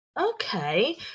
Okay